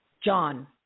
John